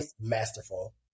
masterful